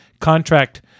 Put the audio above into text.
contract